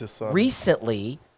recently